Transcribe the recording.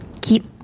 keep